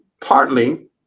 partly